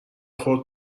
خورد